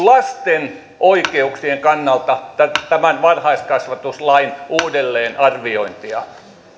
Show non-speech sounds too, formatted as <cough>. <unintelligible> lasten oikeuksien kannalta tämän varhaiskasvatuslain uudelleenarviointia